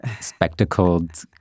spectacled